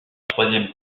troisième